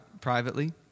privately